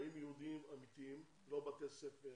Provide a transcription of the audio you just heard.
חיים יהודיים אמתיים, לא בתי ספר,